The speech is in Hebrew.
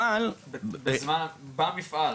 אבל --- במפעל?